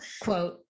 quote